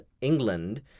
England